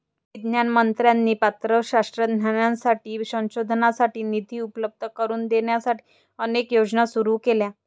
विज्ञान मंत्र्यांनी पात्र शास्त्रज्ञांसाठी संशोधनासाठी निधी उपलब्ध करून देण्यासाठी अनेक योजना सुरू केल्या